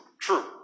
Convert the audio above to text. true